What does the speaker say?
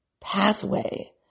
pathway